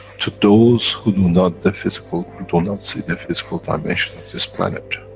to those who do not the physical, who do not see the physical dimension of this planet,